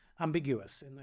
ambiguous